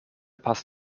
pass